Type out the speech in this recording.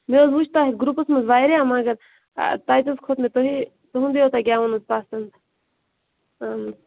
مےٚ حظ وُچھ تۄہہِ گرٛوٗپس منٛز واریاہ مگر تتہِ حظ کھوٚت مےٚتُہۍ تُہُنٛدے یوٚت گٮ۪وُن حظ پسنٛد